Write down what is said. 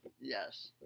Yes